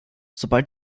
sobald